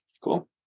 Cool